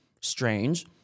strange